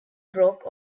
broke